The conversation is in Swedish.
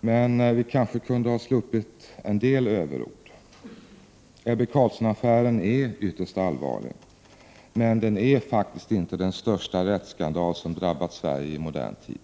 Men nog kunde vi ha sluppit en del överord. Ebbe Carlsson-affären är ytterst allvarlig, men den är faktiskt inte den största rättsskandal som drabbat Sverige i modern tid.